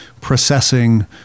processing